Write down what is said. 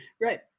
Right